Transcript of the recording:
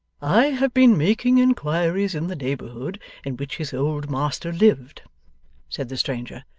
i have been making inquiries in the neighbourhood in which his old master lived said the stranger,